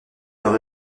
leur